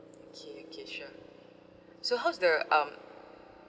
okay okay sure so how's the um